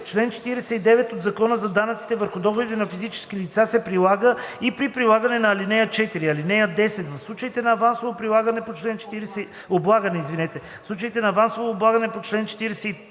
Член 49 от Закона за данъците върху доходите на физическите лица се прилага и при прилагане на ал. 4. (10) В случаите на авансово облагане по чл. 43